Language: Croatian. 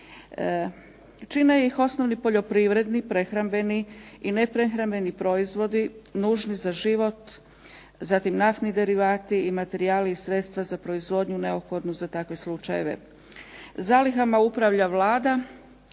Čine ih osnovni poljoprivredni, prehrambeni i neprehrambeni proizvodi nužni za život, zatim naftni derivati, materijali i sredstva za proizvodnju neophodnu za takve slučajeve. Zalihama upravlja Vlada